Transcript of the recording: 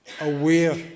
aware